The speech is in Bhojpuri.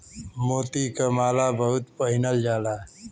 मोती क माला बहुत पहिनल जाला